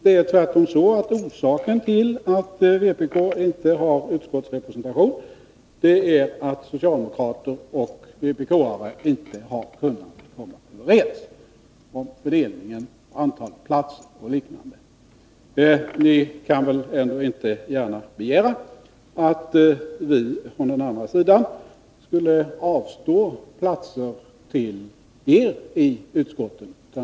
Det är tvärtom så att orsaken till att vpk inte har utskottsrepresentation är att socialdemokrater och vpk:are inte har kunnat komma överens om fördelningen, antalet platser etc. Ni kan väl ändå inte gärna begära att vi från den andra sidan skulle avstå platser till er i utskotten?